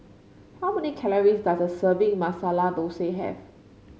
how many calories does a serving Masala Dosa have